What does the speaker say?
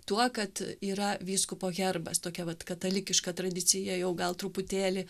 tuo kad yra vyskupo herbas tokia vat katalikiška tradicija jau gal truputėlį